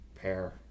pair